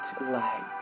light